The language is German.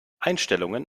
einstellungen